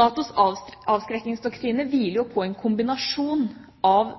NATOs avskrekkingsdoktrine hviler på kombinasjonen av